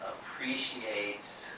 appreciates